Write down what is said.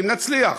אם נצליח,